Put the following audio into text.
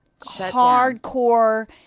hardcore